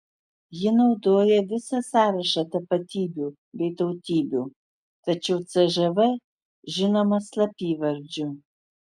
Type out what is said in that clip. ji naudoja visą sąrašą tapatybių bei tautybių tačiau cžv žinoma slapyvardžiu